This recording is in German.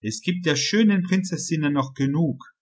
es gibt der schönen prinzessinnen noch genug